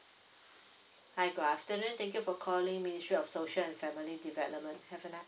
hi good afternoon thank you for calling ministry of social and family development have a ni~